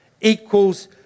equals